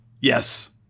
Yes